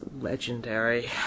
legendary